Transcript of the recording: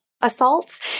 assaults